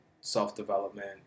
self-development